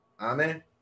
Amen